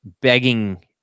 begging